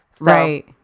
Right